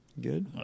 Good